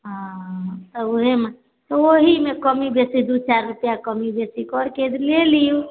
हँ उहे ओही मे कमी बेसी दू चारि रुपआ कमी बेसी कर के ले लियू